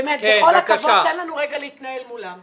באמת, בכל הכבוד, תן לנו רגע להתנהל מולם.